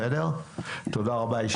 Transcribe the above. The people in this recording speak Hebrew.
תודה רבה לכולם.